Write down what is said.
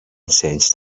sensed